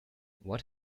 what